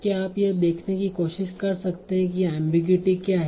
क्या आप यह देखने की कोशिश कर सकते हैं कि यहाँ एमबीगुइटी क्या है